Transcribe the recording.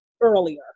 earlier